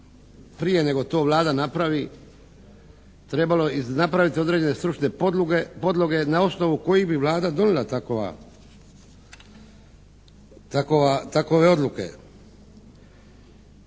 prije nego to Vlada napravili trebalo i napraviti određene stručne podloge na osnovu kojih bi Vlada donijela takova, takove